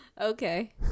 Okay